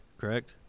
correct